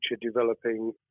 developing